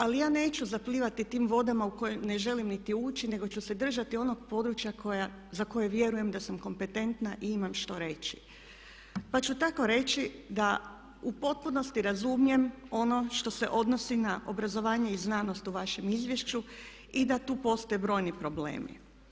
Ali ja neću zaplivati tim vodama u koje ne želim niti ući nego ću se držati onog područja za koje vjerujem da sam kompetentna i imam što reći, pa ću tako reći da u potpunosti razumijem ono što se odnosi na obrazovanje i znanost u vašem izvješću i da tu postoje brojni problemi.